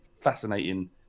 fascinating